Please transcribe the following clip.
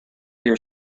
your